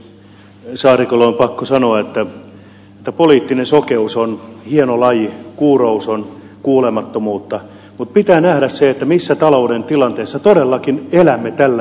saarikolle on pakko sanoa että poliittinen sokeus on hieno laji kuurous on kuulemattomuutta mutta pitää nähdä se missä talouden tilanteessa todellakin elämme tällä hetkellä